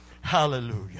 Hallelujah